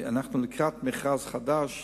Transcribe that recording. אנחנו לקראת מכרז חדש,